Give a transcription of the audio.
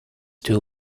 two